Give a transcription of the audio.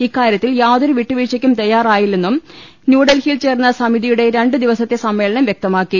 ഇക്കാര്യത്തിൽ യാതൊരു വിട്ടു വീഴ്ചയ്ക്കും തയ്യാറി ല്ലെന്നും ന്യൂഡൽഹിയിൽ ചേർന്ന സമിതിയുട്ടെ രണ്ടു ദിവ സത്തെ സമ്മേളനം വ്യക്തമാക്കി